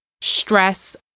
stress